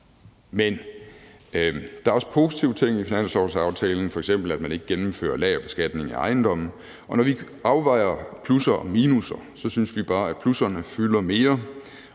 Men der er også positive ting i finanslovsaftalen, f.eks. at man ikke gennemfører det om lagerbeskatning af ejendomme. Og når vi afvejer plusser og minusser, synes vi bare, at plusserne fylder mere.